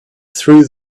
through